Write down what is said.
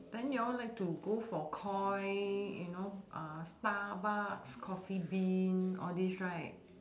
then you all like to go for koi you know uh starbucks coffee bean all these right